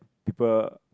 people